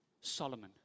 Solomon